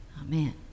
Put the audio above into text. Amen